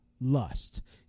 lust